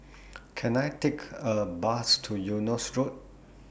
Can I Take A Bus to Eunos Road